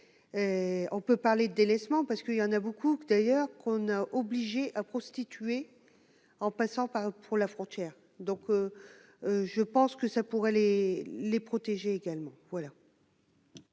on peut parler délaissement parce qu'il y en a beaucoup d'ailleurs qu'on a obligé à prostituées en passant par pour la frontière, donc je pense que ça pourrait aller les protéger également